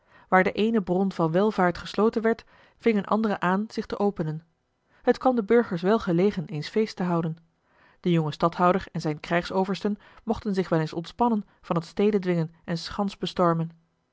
de eene bron van welvaart gesloten werd ving een andere aan zich te openen het a l g bosboom-toussaint de burgers welgelegen eens feest te houden de jonge stadhouder en zijne krijgsoversten mochten zich wel eens ontspannen van het stedendwingen en schansbestormen